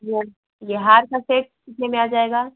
ये ये हार का सेट कितने में आ जायेगा